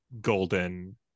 golden